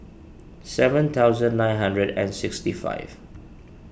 seven thousand nine hundred and sixty five